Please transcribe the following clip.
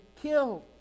killed